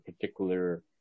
particular